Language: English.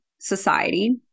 society